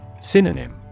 Synonym